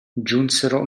giunsero